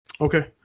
Okay